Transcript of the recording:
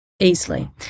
easily